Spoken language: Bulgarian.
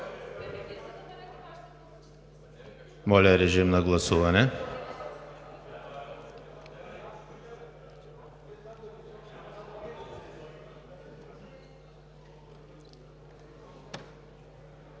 Моля, режим на гласуване.